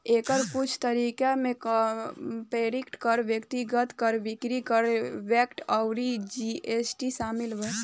एकर कुछ तरीका में कॉर्पोरेट कर, व्यक्तिगत कर, बिक्री कर, वैट अउर जी.एस.टी शामिल बा